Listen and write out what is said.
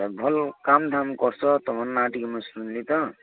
ଭଲ କାମ ଧାମ କରୁଛ ତୁମର ନାମ ମୁଁ ଟିକେ ଶୁଣିଲି ତ